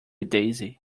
daisy